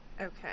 Okay